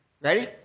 Ready